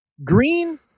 Green